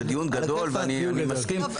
זה דיון גדול ואני מסכים,